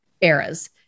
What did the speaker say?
eras